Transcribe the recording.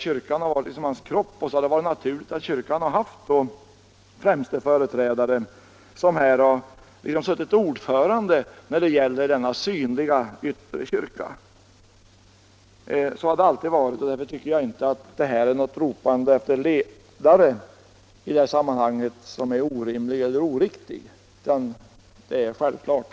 Kyrkan betraktas som Hans kropp och det har varit naturligt att kyrkan har haft en främste företrädare som suttit ordförande när det gällt frågor om den synliga yttre kyrkan. Så har det allestädes varit, och jag tycker att vårt ”ropande” efter ledare i detta sammanhang inte är orimligt eller oriktigt utan alldeles självklart.